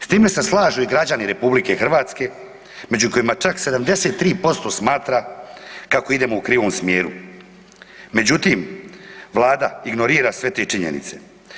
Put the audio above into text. S time se slažu i građani RH među kojima čak 73% smatra kako idemo u krivom smjeru međutim Vlada ignorira sve te činjenice.